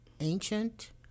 ancient